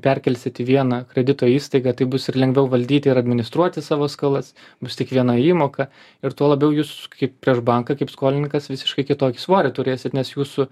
perkelsit į vieną kredito įstaigą tai bus ir lengviau valdyti ir administruoti savo skolas bus tik viena įmoka ir tuo labiau jūs kaip prieš banką kaip skolininkas visiškai kitokį svorį turėsit nes jūsų